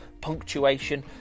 punctuation